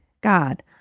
God